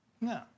No